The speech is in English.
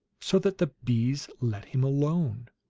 so that the bees let him alone!